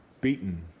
beaten